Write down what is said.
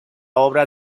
obra